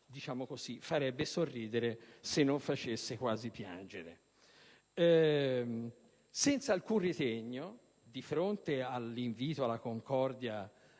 cosa che farebbe sorridere se non facesse quasi piangere. Senza alcun ritegno, di fronte all'invito alla concordia